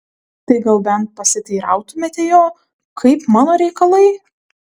tai gal bent pasiteirautumėte jo kaip mano reikalai